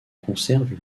conserve